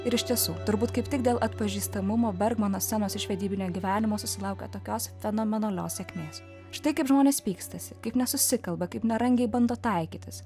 ir iš tiesų turbūt kaip tik dėl atpažįstamumo bergmanas scenos iš vedybinio gyvenimo susilaukė tokios fenomenalios sėkmės štai kaip žmonės pykstasi kaip nesusikalba kaip nerangiai bando taikytis